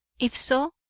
if so,